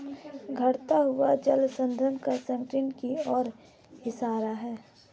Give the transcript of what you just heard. घटता हुआ जल स्तर जल संकट की ओर इशारा है